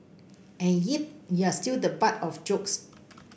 and yep you are still the butt of jokes